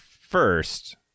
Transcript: First